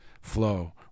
flow